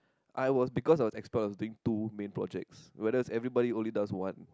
I was because I was expert I was doing two main projects whereas everybody only does one